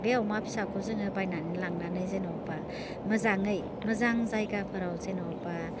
बे अमा फिसाखौ जोङो बायनानै लांनानै जेनेबा मोजाङै मोजां जायगाफोराव जेनेबा